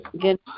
good